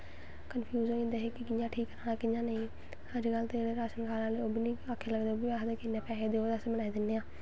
confuse होई जंदे हे कि'यां ठीक करानां कि'यां नेईं अज्ज कल ते जेह्ड़े राशन कार्ड़ आह्ले ओह् बी निं आक्खै लग्गदे ओह् बी आखदे कि इन्ने पैसे देओ बनाई दिन्ने आं